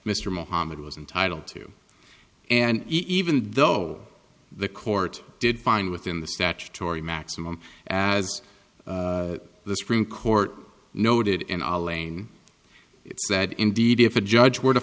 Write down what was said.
mr mohammed was entitled to and even though the court did find within the statutory maximum as the supreme court noted in our lane it's sad indeed if a judge were to